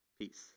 peace